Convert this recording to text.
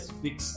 fix